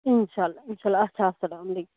اِنشاء اللہ اِنشاء اللہ اچھا السلامُ